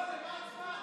לא, למה הצבעה?